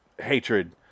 hatred